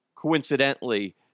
coincidentally